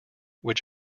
which